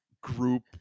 group